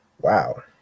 wow